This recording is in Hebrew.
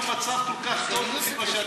אם המצב כל כך טוב כמו שאתה אומר,